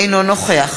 אינו נוכח